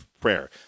prayer